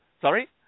Sorry